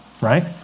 right